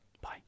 Bye